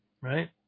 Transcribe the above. Right